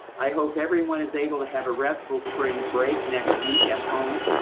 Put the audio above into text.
i hope everyone is able to have a restful spring break, next week at home.